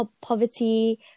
poverty